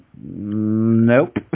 Nope